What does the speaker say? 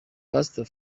pastor